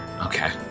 okay